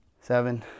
seven